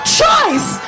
choice